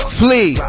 flee